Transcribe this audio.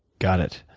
got it.